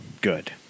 good